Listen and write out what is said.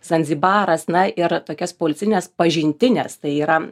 zanzibaras na ir tokias poilsines pažintines tai yra